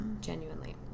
genuinely